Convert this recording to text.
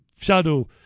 shadow